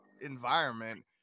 environment